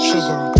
Sugar